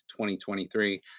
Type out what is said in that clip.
2023